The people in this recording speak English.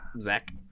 Zach